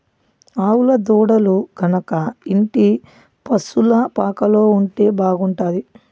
ఆవుల దూడలు గనక ఇంటి పశుల పాకలో ఉంటే బాగుంటాది